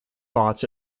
thoughts